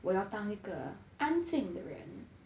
我要当一个安静的人